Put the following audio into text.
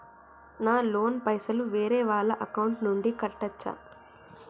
నా లోన్ పైసలు వేరే వాళ్ల అకౌంట్ నుండి కట్టచ్చా?